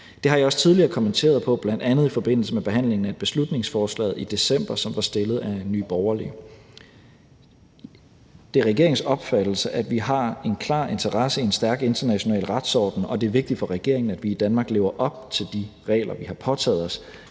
Det har jeg også tidligere kommenteret på, bl.a. i forbindelse med behandlingen i december af et beslutningsforslag, som var fremsat af Nye Borgerlige. Det er regeringens opfattelse, at vi har en klar interesse i en stærk international retsorden, og det er vigtigt for regeringen, at vi i Danmark lever op til de regler, vi har påtaget os.